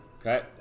okay